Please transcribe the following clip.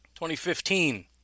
2015